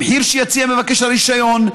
המחיר שיציע מבקש הרישיון,